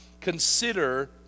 consider